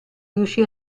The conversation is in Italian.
riuscì